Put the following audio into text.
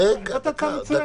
הצעת הצעה מצוינת.